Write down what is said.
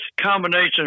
combination